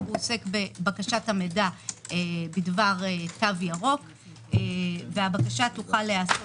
הוא עוסק בבקשת המידע בדבר תו ירוק והבקשה תוכל להיעשות